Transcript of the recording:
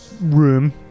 room